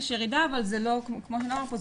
יש ירידה אבל כמו שנאמר פה,